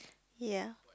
ya